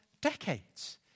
decades